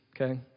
okay